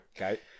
okay